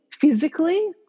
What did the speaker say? physically